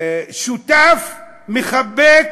שותף מכבד